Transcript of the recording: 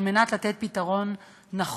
על מנת לתת פתרון נכון.